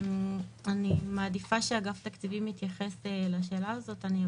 אני מעדיפה שאגף תקציבים יתייחס לשאלה הזאת.